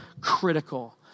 critical